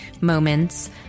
moments